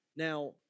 Now